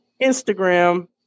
Instagram